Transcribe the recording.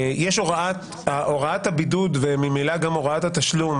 יש הוראת הבידוד וממילא גם הוראת התשלום